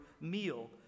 meal